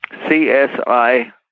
CSI